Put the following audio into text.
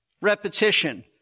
repetition